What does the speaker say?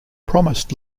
promised